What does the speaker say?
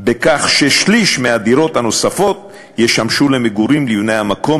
בכך ששליש מהדירות הנוספות ישמשו למגורים לבני המקום,